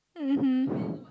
mmhmm